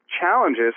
challenges